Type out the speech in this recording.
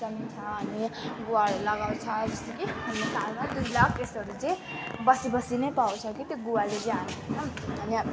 जमिन छ अनि गुवाहरू लगाउँछ जस्तो कि हाम्रो सालमा दुई लाख यस्तोहरू चाहिँ बसी बसी नै पाउँछ कि गुवाले चाहिँ हाम्रो घरमा अनि